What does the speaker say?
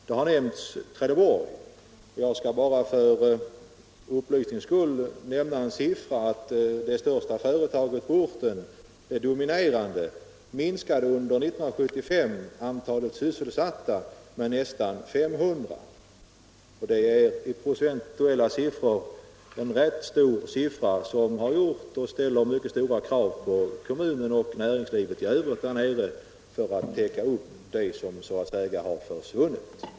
Man har också nämnt Trelleborg i diskussionen, och jag skall bara för upplysningens skull lämna en sifferuppgift. Antalet sysselsatta i det 129 förbättra sysselsättningen i Malmöhus län 130 största och dominerande företaget på orten minskade 1975 med nästan 500. Det är procentuellt en rätt stor nedgång, som ställer mycket stora krav på kommunen och på näringslivet där nere när det gäller att kompensera de som har försvunnit.